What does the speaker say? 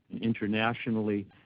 Internationally